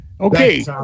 Okay